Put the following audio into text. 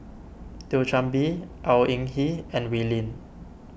Thio Chan Bee Au Hing Yee and Wee Lin